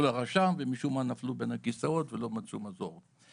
לרשם ומשום מה נפלו בין הכיסאות ולא מצאו מזור.